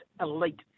elite